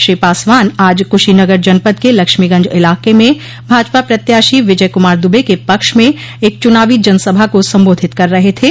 श्री पासवान आज कुशीनगर जनपद के लक्ष्मीगंज इलाके में भाजपा प्रत्याशी विजय कुमार दुबे के पक्ष में एक चुनावी जनसभा को संबोधित कर रहे थे